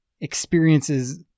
experiences